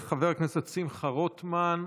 חבר הכנסת שמחה רוטמן,